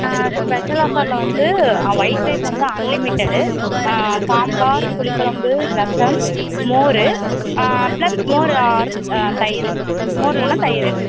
ஆ special ஆஃபரில் வந்து white rice வந்து அன்லிமிட்டெடு சாம்பார் புளிக்குழம்பு ரசம் மோர் பிளஸ் மோர் ஆர் தயிர் மோர் இல்லைனா தயிர்